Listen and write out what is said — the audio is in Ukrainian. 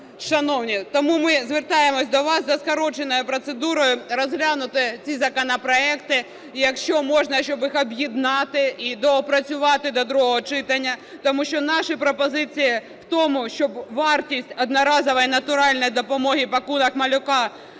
шановні. Тому ми звертаємося до вас за скороченою процедурою розглянути ці законопроекти і, якщо можна, щоб їх об'єднати і доопрацювати до другого читання. Тому що наші пропозиції в тому, щоб вартість одноразової натуральної допомоги "пакунок малюка"